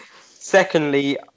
Secondly